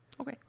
Okay